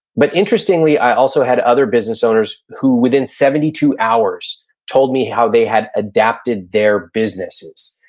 but interestingly, i also had other business owners who within seventy two hours told me how they had adapted their businesses.